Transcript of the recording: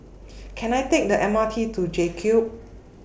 Can I Take The M R T to JCube